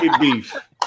beef